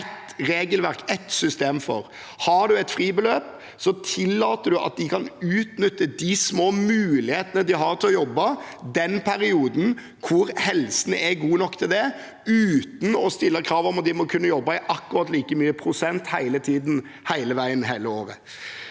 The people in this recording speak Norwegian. ett system for. Har man et fribeløp, tillater man at de kan utnytte de små mulighetene de har til å jobbe, i den perioden hvor helsen er god nok til det, uten å stille krav om at de må kunne jobbe i akkurat like stor prosent hele tiden, hele veien, hele året.